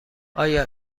آیا